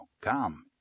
Come